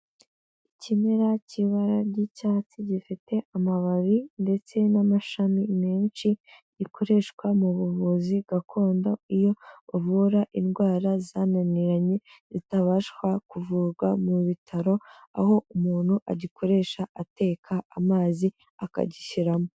Ikimera cy'ibara ry'icyatsi gifite amababi ndetse n'amashami menshi, gikoreshwa mu buvuzi gakondo iyo uvura indwara zananiranye zitabasha kuvurwa mu bitaro, aho umuntu agikoresha ateka amazi akagishyiramo.